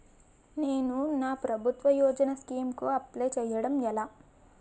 నేను నా ప్రభుత్వ యోజన స్కీం కు అప్లై చేయడం ఎలా?